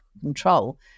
control